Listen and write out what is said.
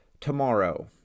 tomorrow